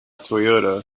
toyota